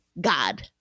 god